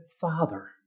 Father